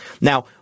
Now